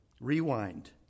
Rewind